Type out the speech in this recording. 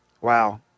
Wow